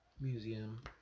museum